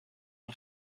ein